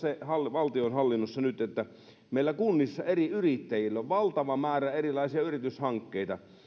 valtionhallinnossa se että meillä on kunnissa eri yrittäjillä valtava määrä erilaisia yrityshankkeita